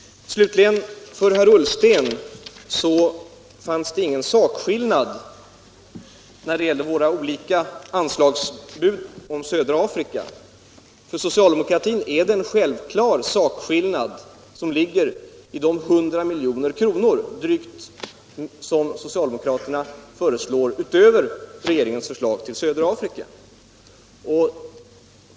För herr Ullsten fanns det ingen sakskillnad när det gällde våra olika anslagsbud i fråga om södra Afrika. För socialdemokratin ligger det en självklar sakskillnad i de drygt 100 milj.kr. till södra Afrika som vi föreslår utöver regeringens förslag.